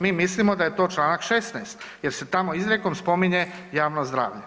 Mi mislimo da je to članak 16. jer se tamo izrijekom spominje javno zdravlje.